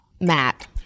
Matt